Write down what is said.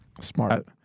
Smart